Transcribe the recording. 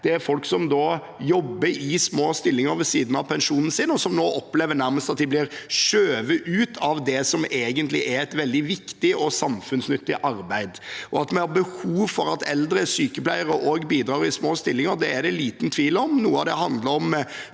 Dette er folk som jobber i små stillinger ved siden av pensjonen sin, og som nå opplever at de nærmest blir skjøvet ut av det som egentlig er et veldig viktig og samfunnsnyttig arbeid. At vi har behov for at eldre sykepleiere også bidrar i små stillinger, er det liten tvil om. Noe av det handler om